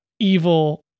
Evil